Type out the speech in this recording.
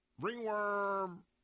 ringworm